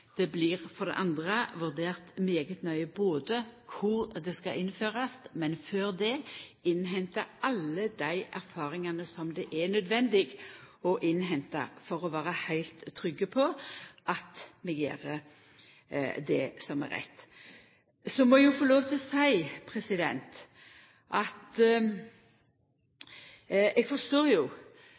andre blir vurdert svært nøye kvar det skal innførast. Men før det må vi innhenta alle dei erfaringane som det er nødvendig å innhenta for å vere heilt trygg på at vi gjer det som er rett. Så må eg få lov til å seia at eg forstår